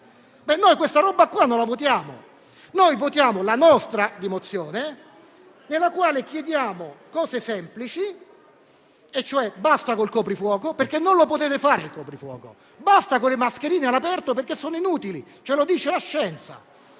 Noi questa roba non la votiamo. Votiamo la nostra mozione, nella quale chiediamo cose semplici, e cioè: basta col coprifuoco, perché non lo potete fare; basta con le mascherine all'aperto, perché sono inutili (ce lo dice la scienza);